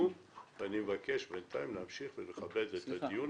לסיכום ואני מבקש בינתיים להמשיך לכבד את הדיון